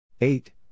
eight